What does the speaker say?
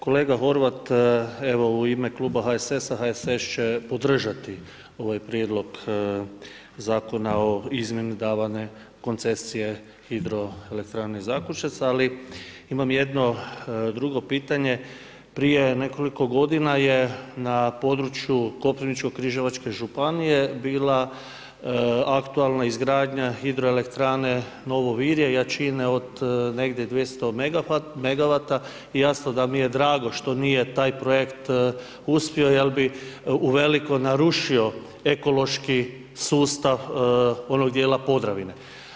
Kolega Horvat, evo u ime Kluba HSS, HSS će podržati ovaj prijedlog Zakona o izmjeni davanje koncesije Hidroelektrane Zakušac, ali imam jedno drugo pitanje, prije nekoliko godina je na području Koprivničko križevačke županije bila aktualna izgradnja hidroelektrane Novo Virje, jačine od negdje 200 megawata i jasno da mi je drago što nije taj projekt uspio, jer bi uvelike narušio ekološki sustav onog dijela Podravine.